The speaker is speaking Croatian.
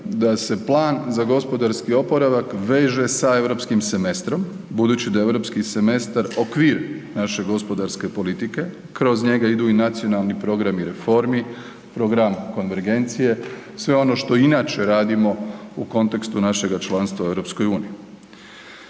da se plan za gospodarski oporavak veže sa europskim semestrom budući da je europski semestar okvir naše gospodarske politike, kroz njega idu i nacionalni programi reformi, program konvergencije, sve ono što inače radimo u kontekstu našega članstva u EU.